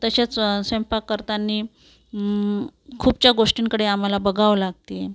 तसेच स्वयंपाक करताना खूपशा गोष्टींकडे आम्हाला बघावं लागते